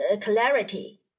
clarity